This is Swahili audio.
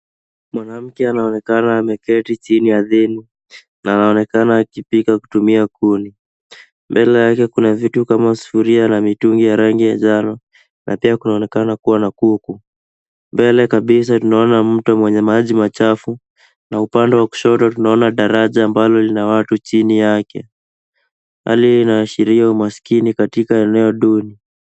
Mwanamke anaonekana ameketi chini ardhini na anaonekana akipika kutumia kuni. Mbele yake kuna vitu kama sufuria na mitungi ya rangi ya njano na pia kunaonekana kuwa na kuku. Mbele kabisa tnaona mto wenye maji machafu na upande wa kushoto tunaona daraja ambalo lina watu chini yake. Hali hii inaashiria umaskini katika eneo duni.